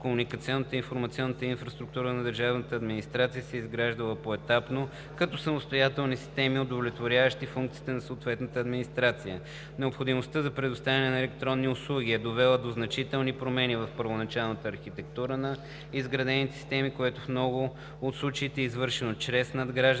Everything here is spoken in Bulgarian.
комуникационната и информационната инфраструктура на държавната администрация се е изграждала поетапно като самостоятелни системи, удовлетворяващи функциите на съответната администрация. Необходимостта за предоставяне на електронни услуги е довела до значителни промени в първоначалната архитектура на изградените системи, което в много от случаите е извършвано чрез надграждане